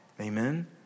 amen